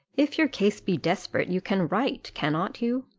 if your case be desperate, you can write, cannot you?